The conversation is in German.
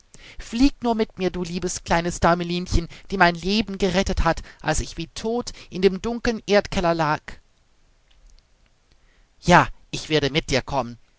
fliege nur mit mir du liebes kleines däumelinchen die mein leben gerettet hat als ich wie tot in dem dunkeln erdkeller lag ja ich werde mit dir kommen